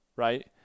right